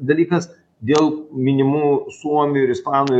dalykas dėl minimų suomių ir ispanų